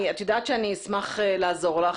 את יודעת שאני אשמח לעזור לך,